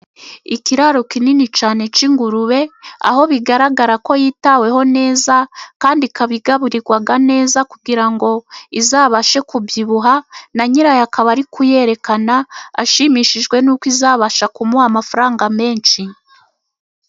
Ikiraro kinini cyane cy'ingurube aho bigaragara ko yitaweho neza, kandi ikaba igaburirwa neza kugira ngo izabashe kubyibuha, na nyirayo akaba ari kuyerekana, ashimishijwe n'uko izabasha kumuha amafaranga menshi.